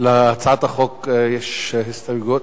להצעת החוק יש הסתייגויות.